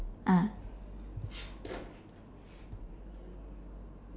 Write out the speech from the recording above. ah